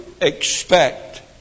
expect